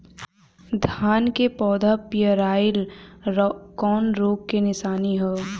धान के पौधा पियराईल कौन रोग के निशानि ह?